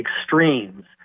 extremes